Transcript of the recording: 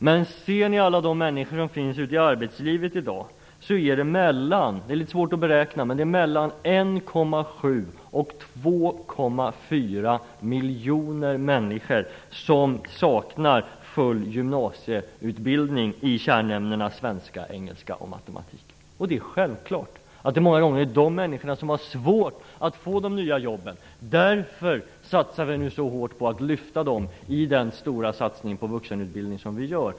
Men mellan 1,7 och 2,4 miljoner människor - det är litet svårt att beräkna - ute i arbetslivet i dag saknar en fullständig gymnasieutbildning i kärnämnena svenska, engelska och matematik. Det är självklart att det många gånger är dessa människor som har svårt att få de nya jobben. Därför satsar vi nu hårt på att lyfta dem i den stora satsning på vuxenutbildning som vi gör.